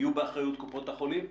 יהיו באחריות קופות החולים?